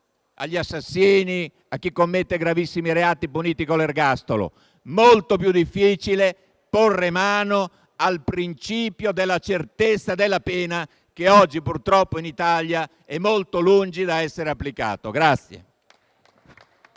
agli assassini e a chi commette gravissimi reati puniti con l'ergastolo. Molto più difficile è porre mano al principio della certezza della pena, che oggi purtroppo in Italia è molto lungi dall'essere applicato.